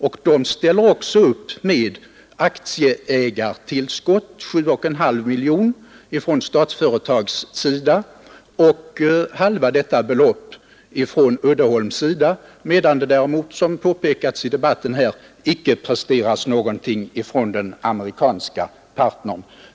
Statsföretag ställer upp med 7,5 miljoner kronor och Uddeholm med halva detta belopp i aktieägartillskott, medan det däremot — vilket påpekats i debatten — icke presteras någonting från den amerikanska partnern.